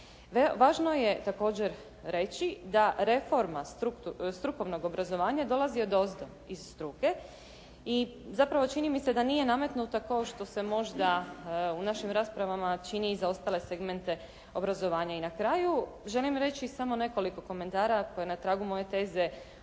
Važno je također reći da reforma strukovnog obrazovanja dolazi odozdo iz struke i zapravo čini mi se da nije nametnuta kao što se možda u našim raspravama čini za ostale segmente obrazovanja. I na kraju, želim reći samo nekoliko komentara koji na tragu moje teze u